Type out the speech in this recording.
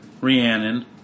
Rhiannon